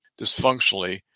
dysfunctionally